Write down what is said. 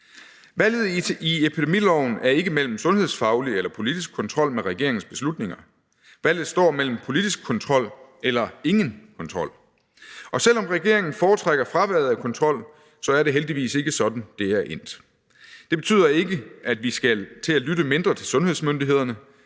Valget i epidemiloven står ikke mellem sundhedsfaglig eller politisk kontrol med regeringens beslutninger. Valget står mellem politisk kontrol eller ingen kontrol. Og selv om regeringen foretrækker fraværet af kontrol, er det heldigvis ikke sådan, det er endt. Det betyder ikke, at vi skal til at lytte mindre til sundhedsmyndighederne.